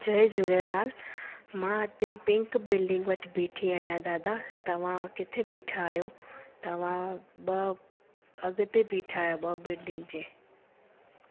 जय झूलेलाल मां हिते pink building वटि बीठी आहियां दादा तव्हां किथें बीठा आहियो तव्हां ॿ अॻिते बीठा आहियो ॿ बिल्डिंग जे